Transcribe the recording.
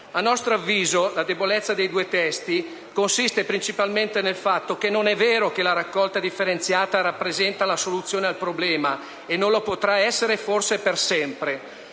A nostro avviso, la debolezza dei due testi consiste principalmente nel fatto che non è vero che la raccolta differenziata rappresenta la soluzione al problema e non lo potrà essere forse per sempre.